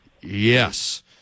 Yes